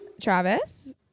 Travis